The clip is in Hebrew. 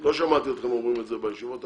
לא שמעתי אתכם אומרים את זה בישיבות הקודמות.